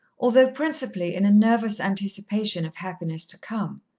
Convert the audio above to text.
although principally in a nervous anticipation of happiness to come.